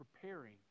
preparing